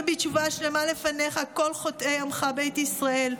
בתשובה שלמה לפניך כל חוטאי עמך בית ישראל,